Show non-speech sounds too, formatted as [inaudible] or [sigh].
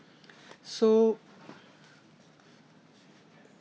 [breath] so